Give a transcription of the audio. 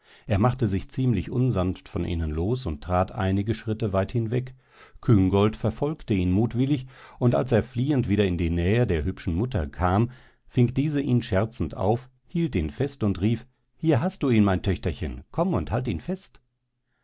er machte sich ziemlich unsanft von ihnen los und trat einige schritte weit hinweg küngolt verfolgte ihn mutwillig und als er fliehend wieder in die nähe der hübschen mutter kam fing ihn diese scherzend auf hielt ihn fest und rief hier hast du ihn mein töchterchen komm und halt ihn fest